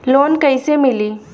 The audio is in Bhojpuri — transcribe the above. लोन कइसे मिलि?